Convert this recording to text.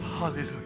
Hallelujah